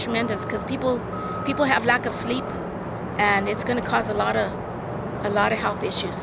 tremendous because people people have lack of sleep and it's going to cause a lot of a lot of health issues